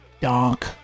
donk